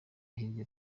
hirya